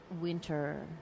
winter